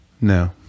No